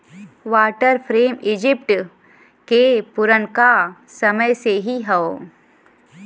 water frame Egypt के पुरनका समय से ही हौ